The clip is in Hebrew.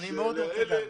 אני מאוד אשמח.